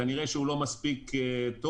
כנראה שהוא לא מספיק טוב,